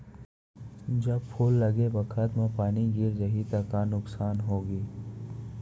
जब फूल लगे बखत म पानी गिर जाही त का नुकसान होगी?